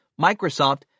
Microsoft